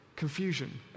Confusion